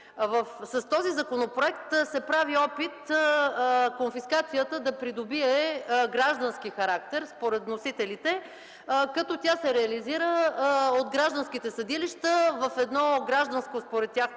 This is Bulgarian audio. С този законопроект се прави опит конфискацията да придобие граждански характер, според вносителите, като тя се реализира от гражданските съдилища в едно гражданско, според тях,